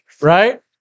right